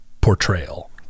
portrayal